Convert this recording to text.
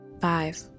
Five